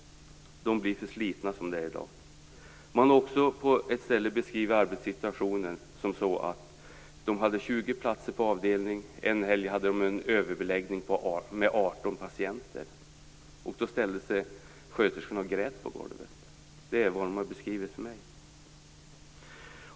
De blir för slitna som det är i dag. På ett ställe har arbetssituationen beskrivits på följande sätt. Man hade 20 platser på avdelningen. En helg hade man en överbeläggning med 18 patienter. Då grät sjuksköterskorna. Den situationen har de beskrivit för mig.